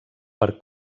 per